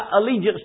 allegiance